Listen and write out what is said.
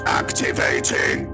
activating